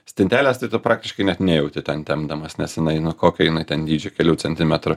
stintelės tai tu praktiškai net nejauti ten tempdamas nes jinai nu kokio jinai ten dydžio kelių centimetrų